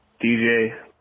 DJ